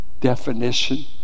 definition